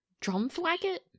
Drumthwacket